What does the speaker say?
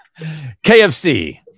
KFC